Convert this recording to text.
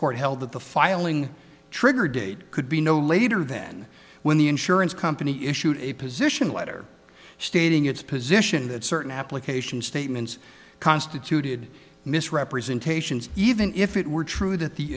court held that the filing trigger date could be no later than when the insurance company issued a position letter stating its position that certain application statements constituted misrepresentations even if it were true that the